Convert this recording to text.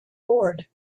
board